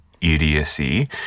idiocy